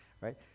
Right